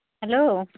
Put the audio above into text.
hello